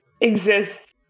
exists